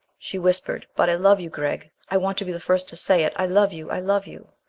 she whispered, but i love you, gregg. i want to be the first to say it i love you i love you.